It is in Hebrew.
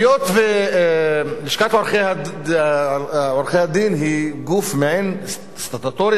היות שלשכת עורכי-הדין היא מעין גוף סטטוטורי,